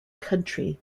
county